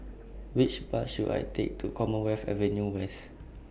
Which Bus should I Take to Commonwealth Avenue West